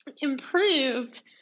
improved